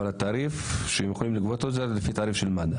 אבל התעריף שהם יכולים לגבות הוא על פי תעריף מד"א?